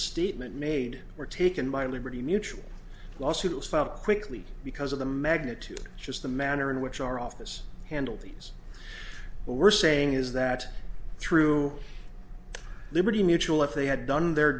statement made were taken by liberty mutual lawsuits filed quickly because of the magnitude just the manner in which our office handled these what we're saying is that through liberty mutual if they had done their